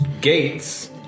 gates